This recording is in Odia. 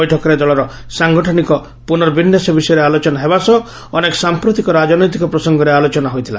ବୈଠକରେ ଦଳର ସାଙ୍ଗଠନିକ ପୁନ୍ନବିନ୍ୟାସ ବିଷୟରେ ଆଲୋଚନା ହେବା ସହ ଅନେକ ସାମ୍ରତିକ ରାଜନୈତିକ ପ୍ରସଙ୍ଗରେ ଆଲୋଚନା ହୋଇଥିଲା